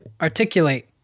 Articulate